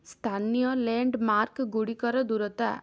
ସ୍ଥାନୀୟ landmark ଗୁଡ଼ିକର ଦୂରତା